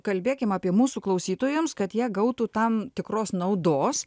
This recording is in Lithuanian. kalbėkim apie mūsų klausytojams kad jie gautų tam tikros naudos